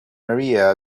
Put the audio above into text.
maria